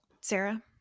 Sarah